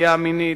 לפגיעה מינית,